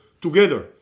together